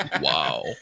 Wow